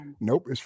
Nope